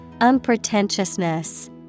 Unpretentiousness